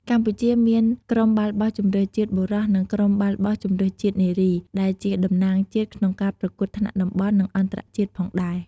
កម្ពុជាមាន ក្រុមបាល់បោះជម្រើសជាតិបុរស និង ក្រុមបាល់បោះជម្រើសជាតិនារី ដែលជាតំណាងជាតិក្នុងការប្រកួតថ្នាក់តំបន់ និងអន្តរជាតិផងដែរ។